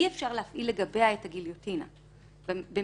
אי-אפשר להפעיל לגביה את הגיליוטינה במשמעותה,